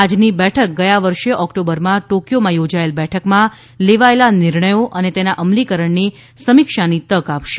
આજની બેઠક ગયા વર્ષે ઓક્ટોબરમાં ટોક્યોમાં યોજાયેલ બેઠકમાં લેવાયેલા નિર્ણયો અને તેના અમલીકરણની સમિક્ષાની તક આપશે